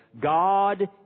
God